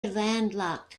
landlocked